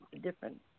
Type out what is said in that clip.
different